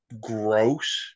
gross